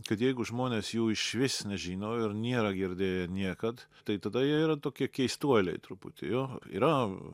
kad jeigu žmonės jų išvis nežino ir nėra girdėję niekad tai tada jie yra tokie keistuoliai truputį jo yra